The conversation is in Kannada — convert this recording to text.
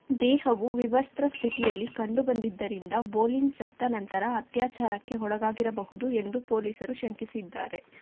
ದೇಹವು ವಿವಸ್ತ್ರ ಸ್ಥಿತಿಯಲ್ಲಿ ಕಂಡುಬಂದಿದ್ದರಿಂದ ಬೋಲಿನ್ ಸತ್ತ ನಂತರ ಅತ್ಯಾಚಾರಕ್ಕೆ ಒಳಗಾಗಿರಬಹುದು ಎಂದು ಪೊಲೀಸರು ಶಂಕಿಸಿದ್ದಾರೆ